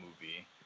movie